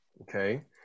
okay